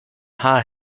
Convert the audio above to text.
haar